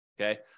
Okay